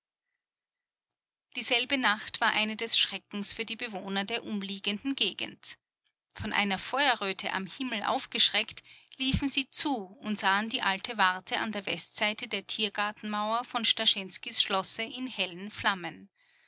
dieselbe nacht war eine des schreckens für die bewohner der umliegenden gegend von einer feuerröte am himmel aufgeschreckt liefen sie zu und sahen die alte warte an der westseite der tiergartenmauer von starschenskys schlosse in hellen flammen